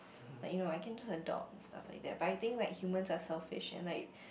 like you know I can just adopt and stuff like that but I think like humans are selfish and like